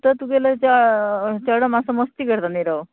तो तुगेलो च चेडो मात्सो मस्ती करता निरव